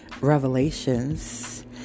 revelations